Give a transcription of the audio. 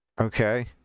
Okay